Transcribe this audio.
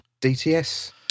DTS